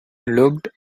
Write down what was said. looked